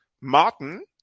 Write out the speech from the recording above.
Martin